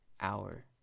hour